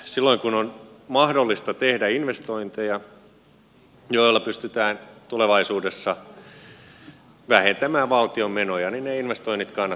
silloin kun on mahdollista tehdä investointeja joilla pystytään tulevaisuudessa vähentämään valtion menoja ne investoinnit kannattaa tehdä